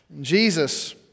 Jesus